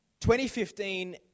2015